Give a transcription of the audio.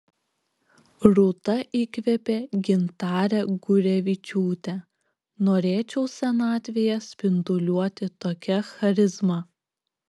rūta įkvėpė gintarę gurevičiūtę norėčiau senatvėje spinduliuoti tokia charizma